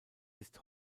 ist